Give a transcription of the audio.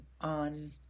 on